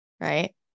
right